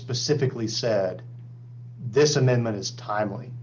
specifically said this amendment is timely